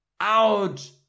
out